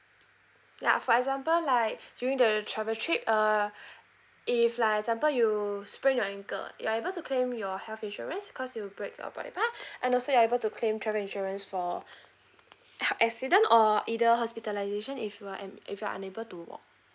ya for example like during the travel trip uh if like example you sprained your ankle you're able to claim your health insurance cause you break your body part and also you are able to claim travel insurance for accident or either hospitalisation if you are adm~ if you're unable to walk